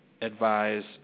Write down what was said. advise